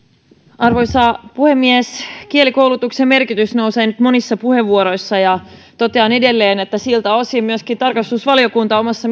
arvoisa puhemies kielikoulutuksen merkitys nousee nyt esiin monissa puheenvuoroissa totean edelleen että siltä osin myöskin tarkastusvaliokunta omassa